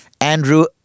Andrew